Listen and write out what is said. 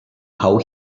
how